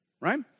right